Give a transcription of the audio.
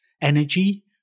energy